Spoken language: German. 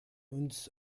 uns